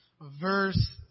verse